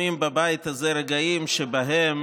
שבהם